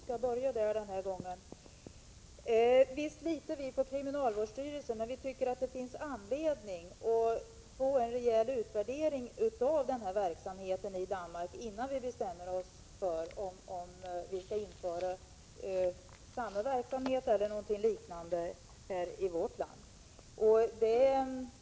Herr talman! Jag skall börja med att svara på Elving Anderssons frågor. Visst litar vi på kriminalvårdsstyrelsen, men vi tycker att det finns anledning att få en rejäl utvärdering av verksamheten i Danmark innan vi bestämmer oss för om vi skall införa samma verksamhet eller någonting liknande i vårt land.